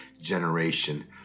generation